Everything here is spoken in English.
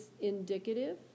indicative